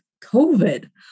COVID